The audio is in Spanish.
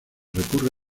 recurre